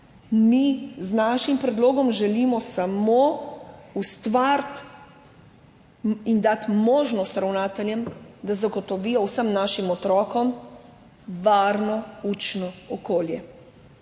s svojim predlogom samo ustvariti in dati možnost ravnateljem, da zagotovijo vsem našim otrokom varno učno okolje.